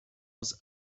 was